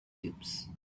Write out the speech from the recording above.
cubes